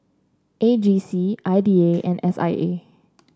A G C I D A and S I A